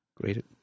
great